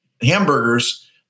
hamburgers